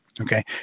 Okay